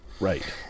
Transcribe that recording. Right